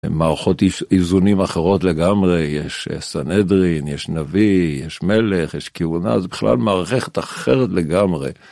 מערכות איזונים אחרות לגמרי, יש סנהדרין, יש נביא, יש מלך, יש כהונה, זה בכלל מערכת אחרת לגמרי.